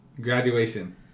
Graduation